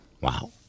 Wow